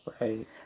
Right